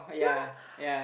yeah